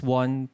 one